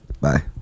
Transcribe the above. Bye